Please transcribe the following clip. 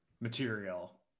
material